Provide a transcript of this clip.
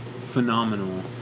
phenomenal